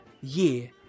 year